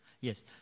Yes